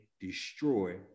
destroy